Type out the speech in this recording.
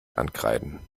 ankreiden